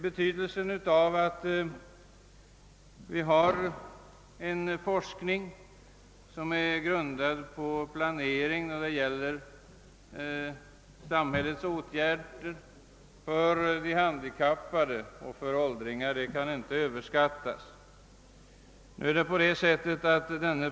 Betydelsen av att ha en forskning grundad på planeringen av samhällets åtgärder för de handikappade och för åldringar kan inte överskattas.